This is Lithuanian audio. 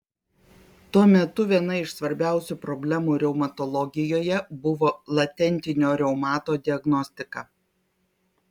tuo metu viena iš svarbiausių problemų reumatologijoje buvo latentinio reumato diagnostika